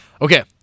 Okay